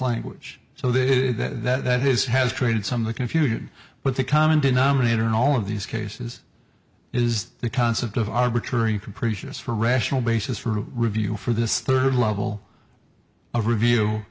language so that that is has created some of the confusion but the common denominator in all of these cases is the concept of arbitrary capricious for rational basis for review for this third level of review